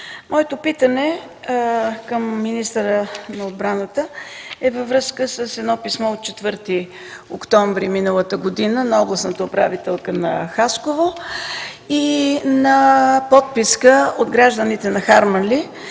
Моето питане към министъра на отбраната е във връзка с едно писмо от 4 октомври миналата година на областния управител на Хасково и на подписка от гражданите на Харманли,